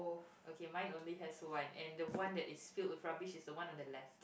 okay mine only has one and the one that is filled with rubbish is the one on the left